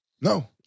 No